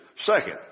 Second